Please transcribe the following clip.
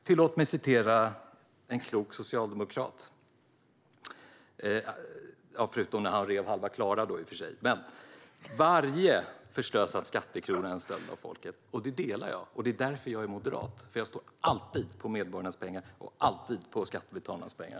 Tillåt mig citera en klok socialdemokrat, förutom när han rev halva Klara: "Varje förslösad skattekrona är en stöld från folket." Den uppfattningen delar jag, och det är därför jag är moderat. Jag står alltid på medborgarnas sida och värnar om skattebetalarnas pengar.